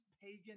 pagan